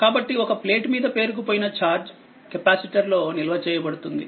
కాబట్టిఒక plate మీద పేరుకుపోయిన charge capacitor లో నిల్వ చేయబడుతుంది